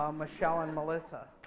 um michelle and melissa.